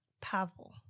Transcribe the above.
pavel